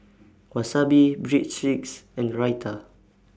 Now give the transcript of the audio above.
Wasabi Breadsticks and Raita